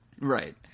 Right